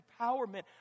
empowerment